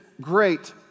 great